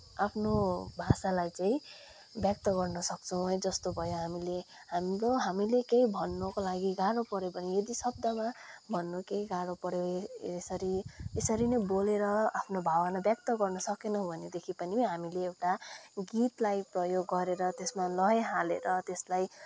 आफ्नो भाषालाई चाहिँ व्यक्त गर्न सक्छौँ है जस्तो भयो हामीले हाम्रो हामीले केही भन्नको लागि गाह्रो पऱ्यो भने शब्दमा भन्नु केही गाह्रो परे यसरी यसरी नै बोलेर आफ्नो भावना व्यक्त गर्न सकेनौँ भनेदेखि पनि हामीले एउटा गीतलाई प्रोयोग गरेर त्यसमा लय हालेर त्यसलाई